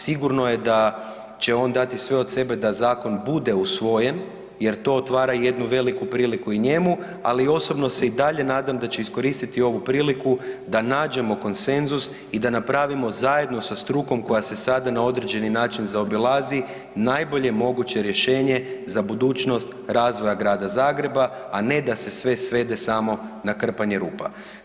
Sigurno je da će on dati sve od sebe da zakon bude usvojen jer to otvara jednu veliku priliku i njemu, ali i osobno se i dalje nadam da će iskoristiti ovu priliku da nađemo konsenzus i da napravimo zajedno sa strukom koja se sada na određeni način zaobilazi najbolje moguće rješenje za budućnost razvoja grada Zagreba, a ne da se sve svede samo na krpanje rupa.